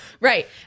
Right